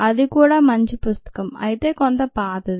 అది కూడా మంచి పుస్తకం అయితే కొంత పాతది